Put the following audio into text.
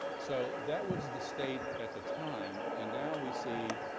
so that was the state at the time. and now we see